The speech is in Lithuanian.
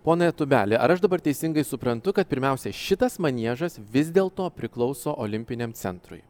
ponai tubeli ar aš dabar teisingai suprantu kad pirmiausia šitas maniežas vis dėlto priklauso olimpiniam centrui